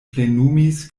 plenumis